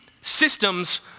systems